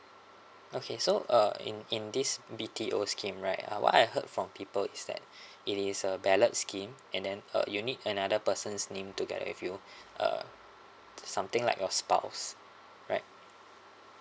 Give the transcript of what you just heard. okay so uh in in these B_T_O scheme right uh what I heard from people is that it is a ballot scheme and then uh you need another person's name together with you uh something like a spouse right